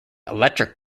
electric